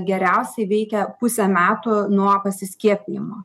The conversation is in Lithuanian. geriausiai veikia pusę metų nuo pasiskiepijimo